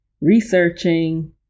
researching